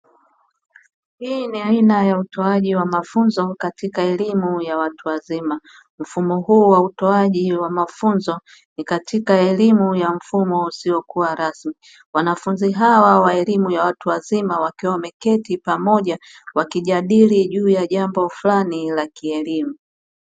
Hii ni aina ya utoaji wa mafunzo katika elimu ya watu wazima. Mfumo huu wa utoaji wa mafunzo ni katika elimu ya mfumo usiokuwa rasmi. Wanafunzi hawa wa elimu ya watu wazima wakiwa wameketi pamoja wakijadili juu ya jambo fulani la kielimu.